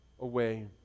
away